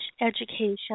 education